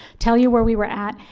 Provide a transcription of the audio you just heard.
tell you where we were at,